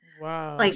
Wow